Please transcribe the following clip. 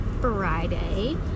Friday